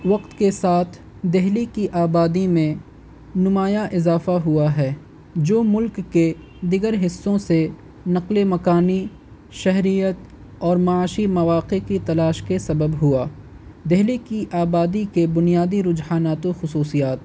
وقت کے ساتھ دہلی کی آبادی میں نمایاں اضافہ ہوا ہے جو ملک کے دیگر حصوں سے نقلے مکانیی شہریت اور معاشی مواقع کی تلاش کے سبب ہوا دہلی کی آبادی کے بنیادی رجحانات و خصوصیات